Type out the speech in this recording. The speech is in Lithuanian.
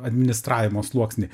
administravimo sluoksnį